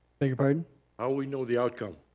beg your pardon? how will we know the outcome?